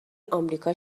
آمریکا